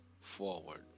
forward